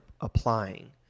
applying